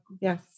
yes